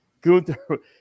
Gunther